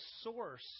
source